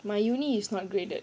my university is not graded